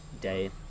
day